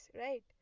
right